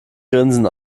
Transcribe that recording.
grinsen